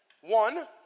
one